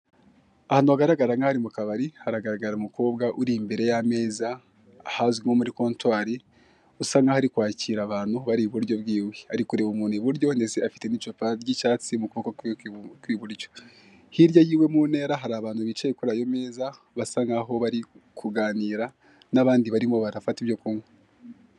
Ahantu hagaragara nkaho ari mu kabari, haragaragara umukobwa uri imbere y'ameza, ahazwi nko muri kontwari, usa nk'aho ari kwakira abantu bari iburyo bw'iwe. Ari kureba umuntu iburyo, ndetse afite n'icupa ry'icyatsi mu kuboko kw'iwe kw'iburyo. Hirya y'iwe mu ntera hari abantu bicaye kuri ayo meza, basa nkaho bari kuganira, n'abandi barimo barafata ibyo kunywa.